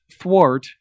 thwart